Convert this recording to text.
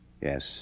Yes